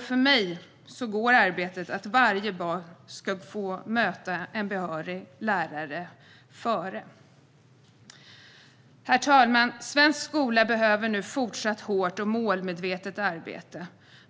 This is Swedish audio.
För mig går arbetet med att varje barn ska få möta en behörig lärare före. Herr talman! Svensk skola behöver nu fortsatt hårt och målmedvetet arbete.